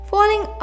Falling